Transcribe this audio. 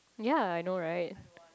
ya I know right